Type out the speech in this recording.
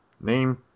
Name